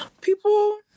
people